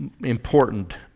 important